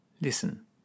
listen